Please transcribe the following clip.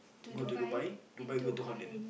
go to Dubai Dubai go to Holland